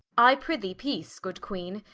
i prythee peace, good queene,